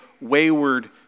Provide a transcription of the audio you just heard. wayward